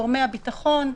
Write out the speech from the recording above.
גורמי הביטחון,